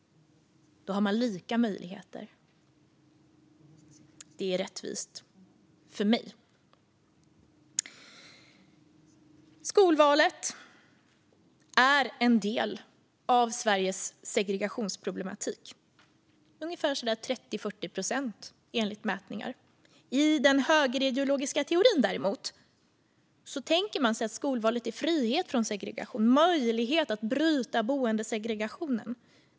Då har man lika möjligheter. Det är rättvist för mig. Skolvalet är en del av Sveriges segregationsproblematik, ungefär 30-40 procent enligt mätningar. I den högerideologiska teorin tänker man sig däremot att skolvalet är frihet från segregation och ger möjlighet att bryta boendesegrationen.